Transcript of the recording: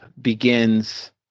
begins